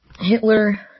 Hitler